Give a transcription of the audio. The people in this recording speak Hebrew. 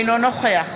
אינו נוכח